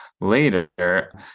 later